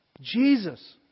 Jesus